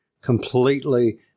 completely